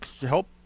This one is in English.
help